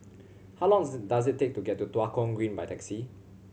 how long does it take to get to Tua Kong Green by taxi